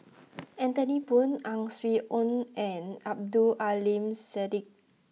Anthony Poon Ang Swee Aun and Abdul Aleem Siddique